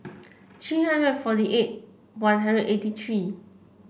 three hundred forty eight One Hundred eighty three